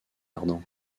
ardan